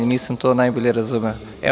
Nisam to najbolje razumeo.